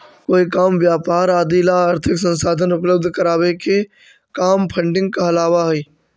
कोई काम व्यापार आदि ला आर्थिक संसाधन उपलब्ध करावे के काम फंडिंग कहलावऽ हई